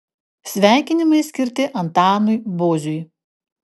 sveikinimai skirti antanui boziui